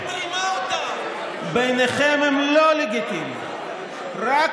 אף אחד מהם לא בחר בראש הממשלה.